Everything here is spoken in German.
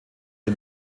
die